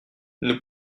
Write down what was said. nous